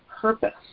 purpose